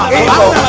evil